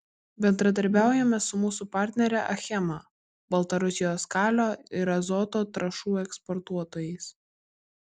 bendradarbiaujame su mūsų partnere achema baltarusijos kalio ir azoto trąšų eksportuotojais